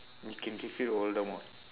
you can defeat voldemort